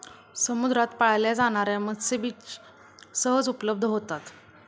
समुद्रात पाळल्या जाणार्या मत्स्यबीज सहज उपलब्ध होतात